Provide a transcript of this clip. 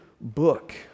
book